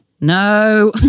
no